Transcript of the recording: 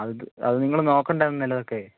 അത് അത് നിങ്ങള് നോക്കേണ്ടെ എന്നാല് അതൊക്കെ